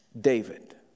David